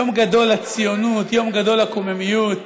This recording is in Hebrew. יום גדול לציונות, יום גדול לקוממיות,